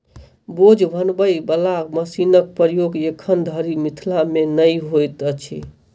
बोझ बनबय बला मशीनक प्रयोग एखन धरि मिथिला मे नै होइत अछि